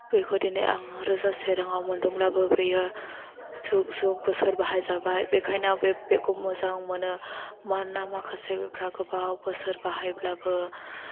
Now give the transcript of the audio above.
बेखौ दिनै आं रोजासे राङाव मोनदोंब्लाबो बियो जुग जुग बोसोर बाहाय जाबाय बेखायनो आं बे बेगखौ मोजां मोनो मानोना माखासेफ्रा गोबाव बोसोर बाहायब्लाबो